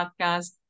podcast